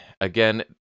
again